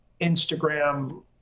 Instagram